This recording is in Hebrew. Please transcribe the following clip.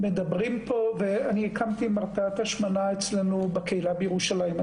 אני הקמתי מרפאת השמנה אצלנו בקהילה בירושלים.